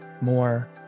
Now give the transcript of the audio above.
more